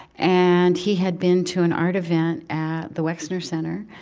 and he had been to an art event at the wexner center.